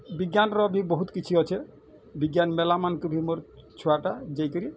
ବିଜ୍ଞାନର ବି ବହୁତ୍ କିଛି ଅଛେ ବିଜ୍ଞାନ ମେଲାମାନଙ୍କୁ ବି ମୋର୍ ଛୁଆଟା ଯାଇକିରି